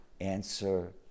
answer